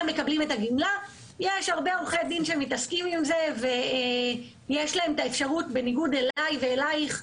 יש הרבה עורכי דין שמתעסקים עם זה ובניגוד אלי אלייך,